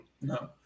no